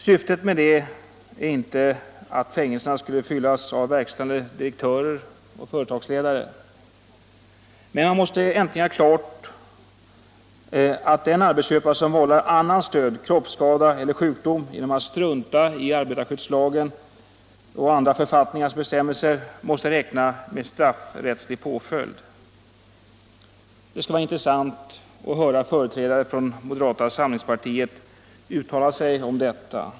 Syftet med det är inte att fängelserna skulle fyllas av verkställande direktörer och företagsledare, men man måste äntligen göra klart att den arbetsköpare som vållar annans död, kroppsskada eller sjukdom genom alt strunta i arbetarskyddslagens och andra författningars bestämmelser har att räkna med straffrättslig påföljd. Det skulle vara intressant att höra företrädare för moderata samlingspartiet uttala sig om dewua.